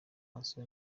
maso